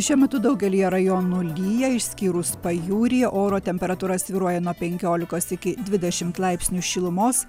šiuo metu daugelyje rajonų lyja išskyrus pajūrį oro temperatūra svyruoja nuo penkiolikos iki dvidešimt laipsnių šilumos